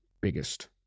biggest